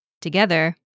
Together